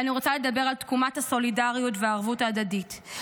ואני רוצה לדבר על תקומת הסולידריות והערבות ההדדית,